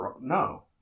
no